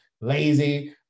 Lazy